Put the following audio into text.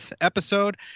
episode